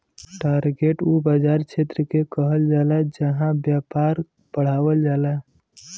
target उ बाज़ार क्षेत्र के कहल जाला जहां व्यापार बढ़ावल जाला